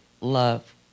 love